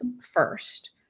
first